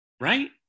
Right